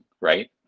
right